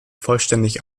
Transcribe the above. vollständig